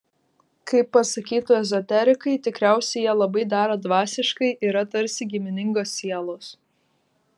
kaip pasakytų ezoterikai tikriausiai jie labai dera dvasiškai yra tarsi giminingos sielos